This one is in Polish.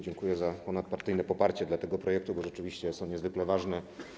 Dziękuję za ponadpartyjne poparcie dla tego projektu, bo rzeczywiście jest on niezwykle ważny.